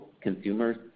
consumers